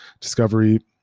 discovery